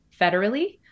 federally